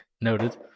Noted